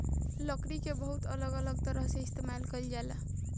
लकड़ी के बहुत अलग अलग तरह से इस्तेमाल कईल जाला